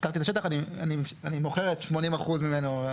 לקחתי את השטח, אני מוכרת 80% ממנו.